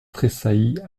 tressaillit